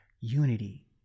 unity